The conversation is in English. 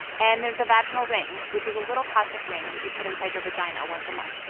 and there's the vaginal ring, which is a little plastic ring that you put inside your vagina once a month.